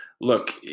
look